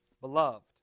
Beloved